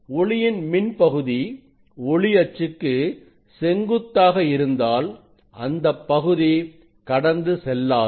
ஒளியின் மின் பகுதி ஒளி அச்சுக்கு செங்குத்தாக இருந்தால் அந்தப் பகுதி கடந்து செல்லாது